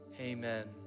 Amen